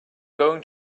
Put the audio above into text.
going